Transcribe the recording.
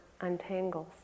untangles